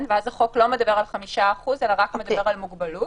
החוק לא מדבר על 5% אלא מדבר רק על מוגבלות.